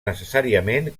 necessàriament